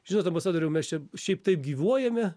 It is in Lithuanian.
žinot ambasadoriau mes čia šiaip taip gyvuojame